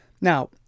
now